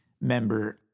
member